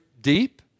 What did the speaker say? deep